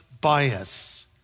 bias